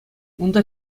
унта